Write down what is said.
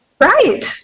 Right